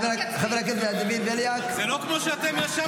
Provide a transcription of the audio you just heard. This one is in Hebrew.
חבר הכנסת ולדימיר בליאק -- זה לא כמו שאתם ישבתם עם מנסור עבאס.